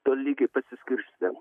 tolygiai pasiskirstę